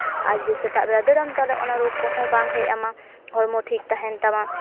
ᱟᱨ ᱡᱩᱫᱤ ᱥᱮᱛᱟᱜ ᱵᱮᱲᱟ ᱫᱟᱹᱲᱟᱜᱼᱟᱢ ᱛᱟᱦᱞᱮ ᱚᱱᱟ ᱨᱳᱜᱽ ᱠᱚᱦᱚᱸ ᱵᱟᱝ ᱦᱮᱡ ᱟᱢᱟ ᱦᱚᱲᱢᱚ ᱴᱷᱤᱠ ᱛᱟᱦᱮᱱ ᱛᱟᱢᱟ